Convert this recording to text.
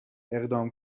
اقدام